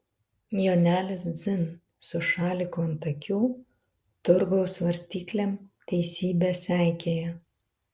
jonelis dzin su šaliku ant akių turgaus svarstyklėm teisybę seikėja